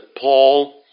Paul